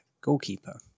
goalkeeper